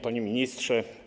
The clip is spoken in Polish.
Panie Ministrze!